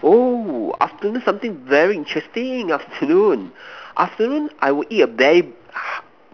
oh afternoon something very interesting afternoon afternoon I will eat a berry